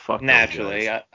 Naturally